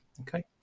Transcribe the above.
Okay